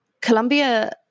Colombia